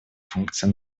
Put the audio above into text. функция